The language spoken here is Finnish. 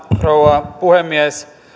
rouva puhemies